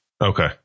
Okay